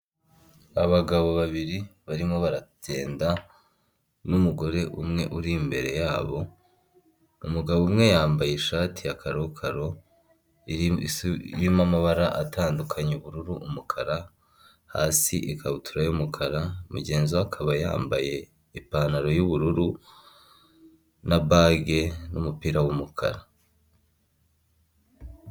Abagabo babiri barimo baragenda n'umugore umwe uri imbere yabo, umugabo umwe yambaye ishati ya karokaro irimo amabara atandukanye ubururu, umukara, hasi ikabutura y'umukara mugenzi we akaba yambaye ipantaro y'ubururu na bage n'umupira w'umukara.